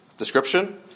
description